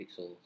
Pixels